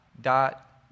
dot